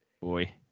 Boy